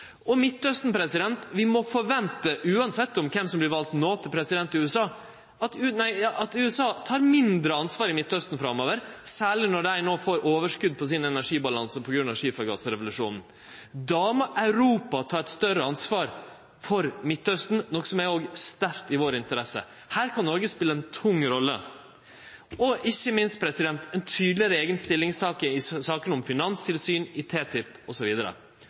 gjeld Midtausten, må vi forvente, uansett kven som no blir valt til president i USA, at USA tek mindre ansvar der framover, særleg når dei no får overskot på sin energibalanse på grunn av skifergassrevolusjonen. Då må Europa ta eit større ansvar for Midtausten, noko som òg er sterkt i vår interesse. Her kan Noreg spele ei tung rolle. Og ikkje minst: Ein må ta ei tydelegare eiga stilling i saka om finanstilsyn i TTIP